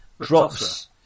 drops